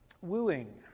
Wooing